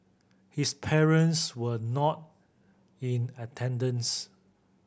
his parents were not in attendance